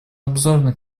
обзорной